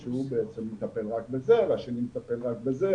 שהוא בעצם מטפל רק בזה והשני רק בזה